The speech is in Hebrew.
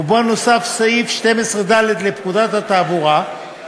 ובו נוסף סעיף 12ד לפקודת התעבורה.